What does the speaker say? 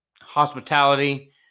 hospitality